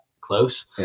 close